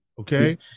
okay